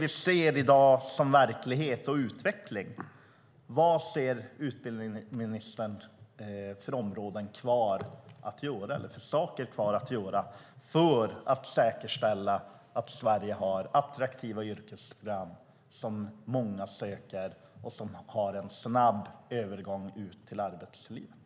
I den verklighet och den utveckling vi ser, vad ser utbildningsministern för saker kvar att göra för att säkerställa att Sverige har attraktiva yrkesprogram som många söker och som har en snabb övergång ut i arbetslivet?